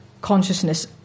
consciousness